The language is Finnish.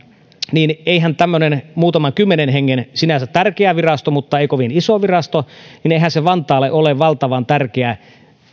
niin eihän tämmöinen muutaman kymmenen hengen sinänsä tärkeä virasto mutta ei kovin iso virasto vantaalle ole valtavan tärkeä